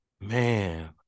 man